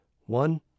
One